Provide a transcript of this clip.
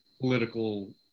political